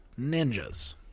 Ninjas